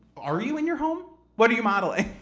are you in your home? what are you modeling?